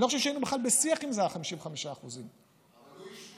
אני לא חושב שהיינו בכלל בשיח אם זה היה 55%. אבל הוא השפיע,